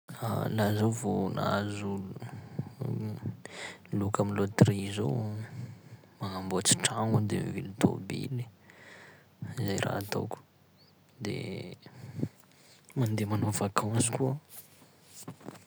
Laha zaho vao nahazo loka am' lôteria zao: magnamboatsy tragno aho de mivily tômbily, zay raha ataoko; de mandeha manao vacance koa.